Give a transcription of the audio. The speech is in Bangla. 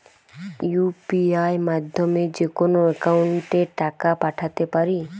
ইউ.পি.আই মাধ্যমে যেকোনো একাউন্টে টাকা পাঠাতে পারি?